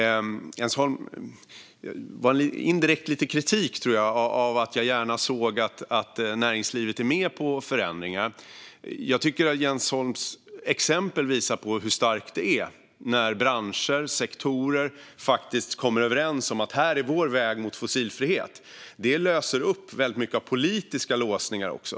Jag tror att Jens Holm indirekt kritiserade att jag gärna ser att näringslivet är med på förändringar. Jag tycker att Jens Holms exempel visar på hur starkt det är när branscher och sektorer faktiskt kommer överens om sin väg till fossilfrihet. Det löser upp väldigt många politiska låsningar också.